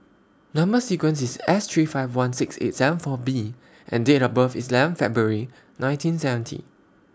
Number sequence IS S three five one six eight seven four B and Date of birth IS eleven February nineteen seventy